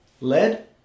Lead